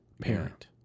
parent